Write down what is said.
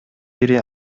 бири